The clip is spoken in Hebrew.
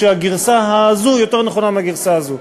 שהגרסה הזאת יותר נכונה מהגרסה הזאת.